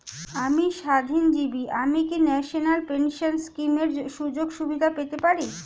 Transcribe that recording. আমি স্বাধীনজীবী আমি কি ন্যাশনাল পেনশন স্কিমের সুযোগ সুবিধা পেতে পারি?